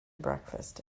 breakfast